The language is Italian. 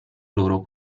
loro